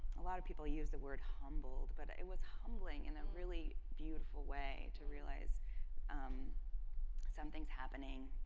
a lot of people use the word humbled, but it was humbling in a really beautiful way to realize um something's happening,